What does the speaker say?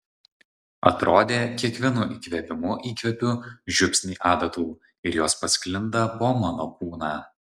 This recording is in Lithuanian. atrodė kiekvienu įkvėpimu įkvepiu žiupsnį adatų ir jos pasklinda po mano kūną